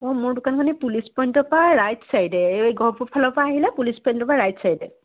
অঁ মোৰ দোকানখন এই পুলিচ পইন্টৰ পৰা এই ৰাইট ছাইডে এই গহপুৰ ফালৰ পৰা আহিলে পুলিচ পইন্টটোৰ পৰা ৰাইট ছাইডে